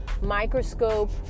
microscope